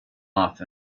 off